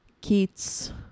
Keats